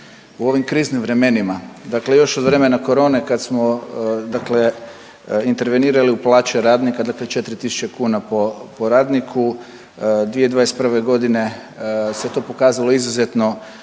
u ovim kriznim vremenima. Dakle, još od vremena corone kad smo, dakle intervenirali u plaće radnika. Dakle, 4000 kuna po radniku. 2021. godine se to pokazalo izuzetno